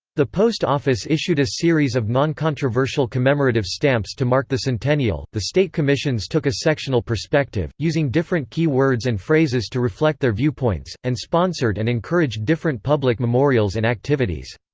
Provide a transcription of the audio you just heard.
the post office issued a series of noncontroversial commemorative stamps to mark the centennial the state commissions took a sectional perspective, using different key words and phrases to reflect their viewpoints, and sponsored and encouraged different public memorials and activities.